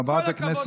תודה.